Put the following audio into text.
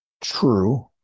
True